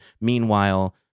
Meanwhile